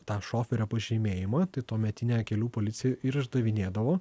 tą šoferio pažymėjimą tai tuometinė kelių policija ir išdavinėdavo